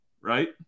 right